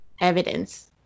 evidence